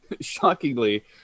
Shockingly